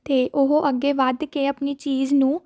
ਅਤੇ ਉਹ ਅੱਗੇ ਵੱਧ ਕੇ ਆਪਣੀ ਚੀਜ਼ ਨੂੰ